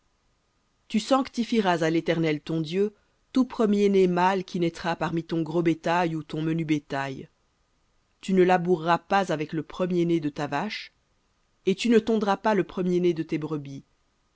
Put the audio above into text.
tu sanctifieras à l'éternel ton dieu tout premier-né mâle qui naîtra parmi ton gros bétail ou ton menu bétail tu ne laboureras pas avec le premier-né de ta vache et tu ne tondras pas le premier-né de tes brebis